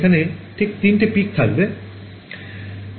এখানে তাই তিনটে পিক থাকবে